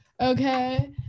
okay